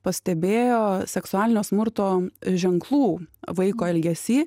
pastebėjo seksualinio smurto ženklų vaiko elgesy